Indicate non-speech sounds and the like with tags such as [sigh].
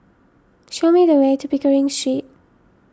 show me the way to Pickering [unintelligible]